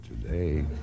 today